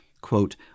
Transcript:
quote